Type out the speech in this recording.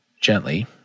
gently